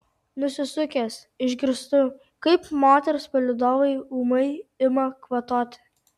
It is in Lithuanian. nusisukęs išgirstu kaip moters palydovai ūmai ima kvatoti